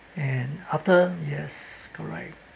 and after yes correct